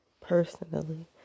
personally